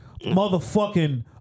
Motherfucking